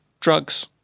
drugs